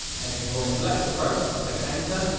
and then you want to select approach, click enter,